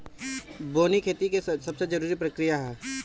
बोअनी खेती के सबसे जरूरी प्रक्रिया हअ